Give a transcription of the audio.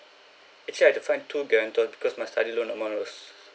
actually I to find two guarantor because my study loan amount was